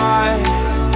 eyes